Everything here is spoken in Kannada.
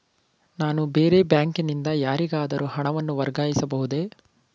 ನಾನು ಬೇರೆ ಬ್ಯಾಂಕಿನಿಂದ ಯಾರಿಗಾದರೂ ಹಣವನ್ನು ವರ್ಗಾಯಿಸಬಹುದೇ?